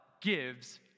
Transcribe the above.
gives